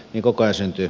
niko kai syntyy